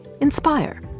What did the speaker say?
inspire